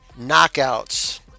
knockouts